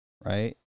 Right